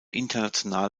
international